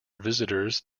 visitors